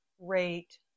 rate